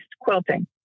quilting